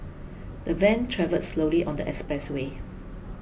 the van travelled slowly on the expressway